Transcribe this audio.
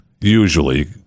usually